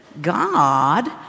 God